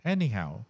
Anyhow